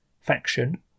faction